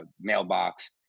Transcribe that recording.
mailbox